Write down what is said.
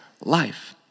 Life